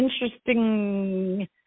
interesting